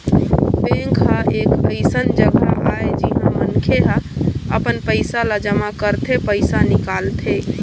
bank ह एक अइसन जघा आय जिहाँ मनखे ह अपन पइसा ल जमा करथे, पइसा निकालथे